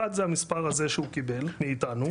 אחד זה המספר מזהה שהוא קיבל מאיתנו,